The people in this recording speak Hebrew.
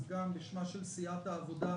גם בשמה של סיעת העבודה,